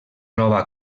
troba